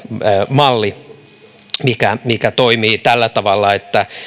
malli mikä mikä toimii tällä tavalla että